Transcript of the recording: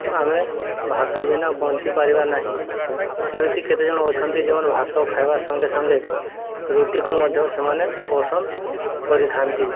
ଆମେ ଭାତ ବିନା ବଞ୍ଚିପାରିବା ନାହିଁ ସେମିତି କେତେଜଣ ଅଛନ୍ତି ଯେଉଁମାନେ ଭାତ ଖାଇବା ସଙ୍ଗେ ସଙ୍ଗେ ରୁଟିକୁ ମଧ୍ୟ ସେମାନେ ପସନ୍ଦ କରିଥାନ୍ତି